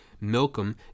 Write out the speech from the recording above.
Milcom